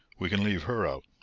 we can leave her out.